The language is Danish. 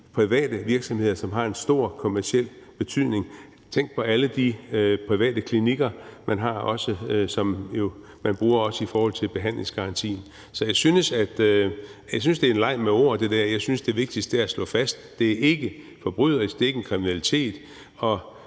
private virksomheder, som har en stor kommerciel betydning. Tænk også på alle de private klinikker, man har, og som man jo også bruger i forhold til behandlingsgarantien. Så jeg synes, at det der er en leg med ord. Jeg synes, at det vigtigste er at slå fast, at det ikke er forbryderisk, at det ikke er kriminelt